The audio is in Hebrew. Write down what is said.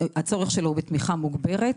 שהצורך שלו בתמיכה מוגברת,